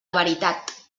veritat